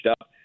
up